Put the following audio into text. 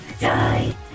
Die